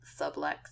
sublex